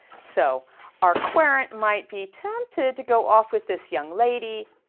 so our querent might be tempted to go off with this young lady,